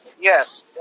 yes